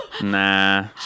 Nah